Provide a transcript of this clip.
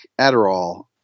Adderall